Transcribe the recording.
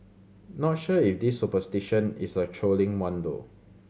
not sure if this superstition is a trolling one though